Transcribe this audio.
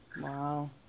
Wow